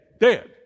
dead